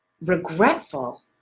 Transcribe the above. regretful